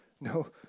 No